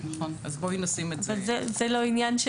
אז בואו נשים את זה --- זה עניין של